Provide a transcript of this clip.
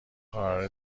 کار